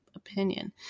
opinion